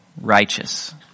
righteous